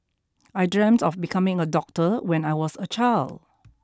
I dreamt of becoming a doctor when I was a child